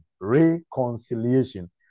Reconciliation